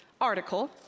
article